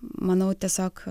manau tiesiog